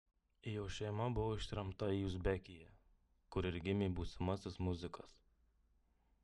jo šeima buvo ištremta į uzbekiją kur ir gimė būsimasis muzikas